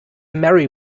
merry